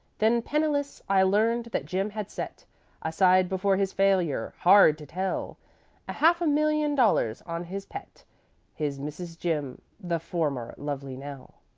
then, penniless, i learned that jim had set aside before his failure hard to tell a half a million dollars on his pet his mrs. jim the former lovely nell.